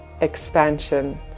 expansion